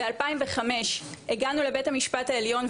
ב- 2005 הגענו לבית המשפט העליון,